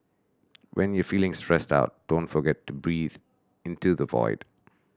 when you are feeling stressed out don't forget to breathe into the void